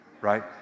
right